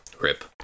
rip